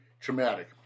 traumatic